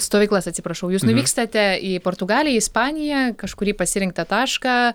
stovyklas atsiprašau jūs nuvykstate į portugaliją ispaniją kažkurį pasirinktą tašką